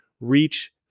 Reach